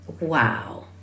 wow